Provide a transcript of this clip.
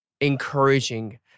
encouraging